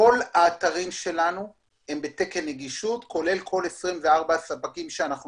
כל האתרים שלנו הם בתקן נגישות כולל 24 הספקים שאנחנו